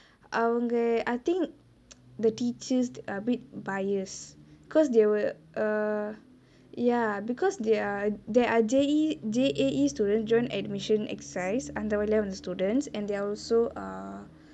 அவங்கே:avangae I think the teachers a bit biased because they were err ya because they are they are J_A_E J_A_E students joint admission exercise அந்த வழியா வந்த:antha valiyaa vantha students and there are also err